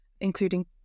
including